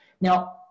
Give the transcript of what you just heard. Now